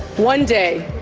one day,